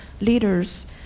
leaders